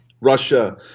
Russia